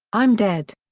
i'm dead.